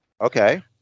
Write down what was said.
Okay